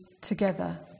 together